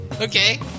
Okay